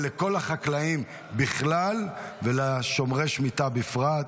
לכל החקלאים בכלל ולשומרי השמיטה בפרט.